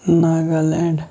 Nagaland